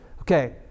Okay